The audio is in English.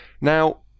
Now